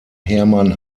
hermann